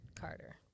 Carter